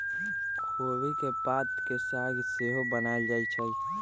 खोबि के पात के साग सेहो बनायल जाइ छइ